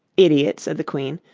idiot! said the queen,